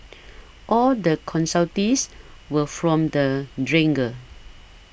all the consultees were from the dredger